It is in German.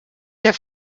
der